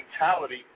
mentality